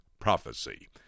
Prophecy